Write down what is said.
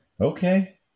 Okay